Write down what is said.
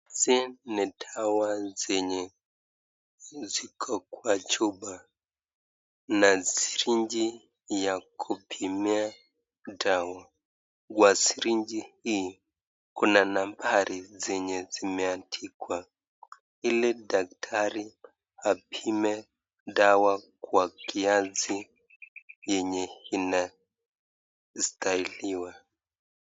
Hizi ni dawa zenye ziko kwa chupa na srinji ya kupimia dawa. Kwa srinji hii kuna nambari zenye zimeandikwa ili daktari apime dawa kwa kiasi yenye inastahiliwa.